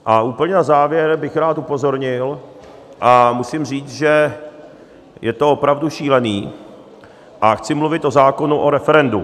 A úplně na závěr bych rád upozornil, a musím říct, že je to opravdu šílený, a chci mluvit o zákonu o referendu.